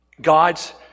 God's